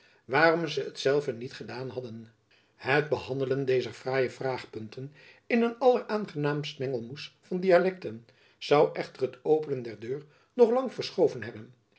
waarom ze zelve t niet daon hadden het behandelen dezer fraaie vraagpunten in een alleraangenaamst mengelmoes van dialekten zoû echter het openen der deur nog lang verschoven hebben